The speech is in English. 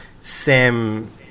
Sam